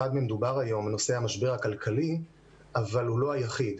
מדובר היום על המשבר הכלכלי אבל הוא לא היחיד.